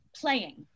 playing